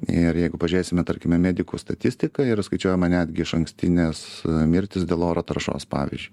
ir jeigu pažiūrėsime tarkime medikų statistika yra skaičiuojama netgi išankstinės mirtys dėl oro taršos pavyzdžiui